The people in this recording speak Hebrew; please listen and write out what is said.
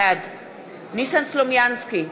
בעד ניסן סלומינסקי,